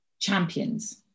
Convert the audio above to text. champions